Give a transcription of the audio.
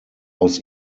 aus